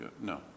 No